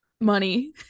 money